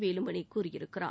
வேலுமணி கூறியிருக்கிறார்